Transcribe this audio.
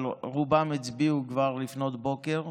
אבל רובם הצביעו כבר לפנות בוקר,